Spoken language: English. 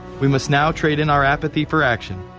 we must now trade in our apathy for action.